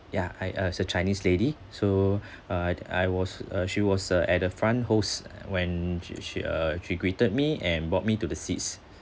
ya I uh it's a chinese lady so uh I'd I was uh she was uh at the front host uh when she she uh she greeted me and brought me to the seats